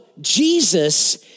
Jesus